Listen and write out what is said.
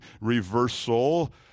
reversal